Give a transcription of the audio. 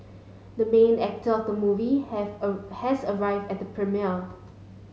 the main actor of the movie have a has arrive at the premiere